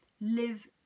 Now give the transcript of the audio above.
live